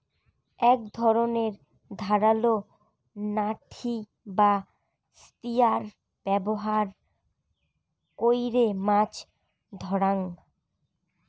এক ধরণের ধারালো নাঠি বা স্পিয়ার ব্যবহার কইরে মাছ ধরাঙ